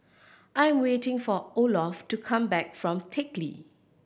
I'm waiting for Olof to come back from Teck Lee